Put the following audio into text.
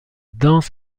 danse